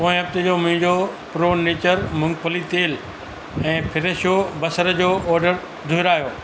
पोएं हफ़्ते जो मुंहिंजो प्रो नेचर मूंगफली तेल ऐं फ़्रेशो बसर जो ऑडर दुहिरायो